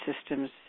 systems